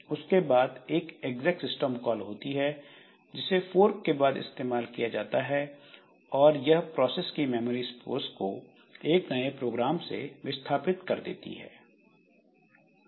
उसके बाद एक एग्जैक सिस्टम कॉल होती है जिसे फोर्क के बाद इस्तेमाल किया जा सकता है और यह प्रोसेस की मेमोरी स्पेस को एक नए प्रोग्राम से विस्थापित कर देती है